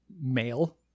male